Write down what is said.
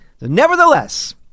Nevertheless